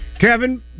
Kevin